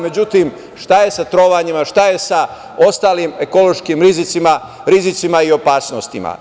Međutim, šta je sa trovanjima, šta je ostalim ekološkim rizicima, rizicima i opasnostima.